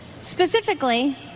Specifically